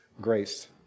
grace